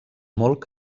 molt